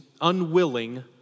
unwilling